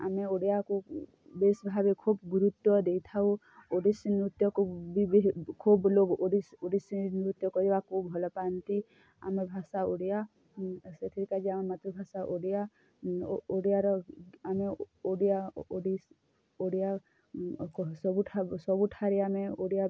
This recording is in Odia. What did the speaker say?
ଆମେ ଓଡ଼ିଆକୁ ବେସ୍ ଭାବେ ଖୁବ୍ ଗୁରୁତ୍ୱ ଦେଇଥାଉ ଓଡ଼ିଶୀ ନୃତ୍ୟକୁ ବି ବି ଖୁବ୍ ଲୋକୋ ଓଡ଼ିଶୀ ଓଡ଼ିଶୀ ନୃତ୍ୟ କରିବାକୁ ଭଲପାଆନ୍ତି ଆମ ଭାଷା ଓଡ଼ିଆ ସେଥିପାଇଁ ଆମ ମାତୃଭାଷା ଓଡ଼ିଆ ଓଡ଼ିଆର ଆମ ଓଡ଼ିଆ ଓଡ଼ିଆ ସବୁଠାରୁ ସବୁଠାରେ ଆମେ ଓଡ଼ିଆ